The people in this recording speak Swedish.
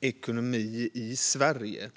ekonomi i Sverige.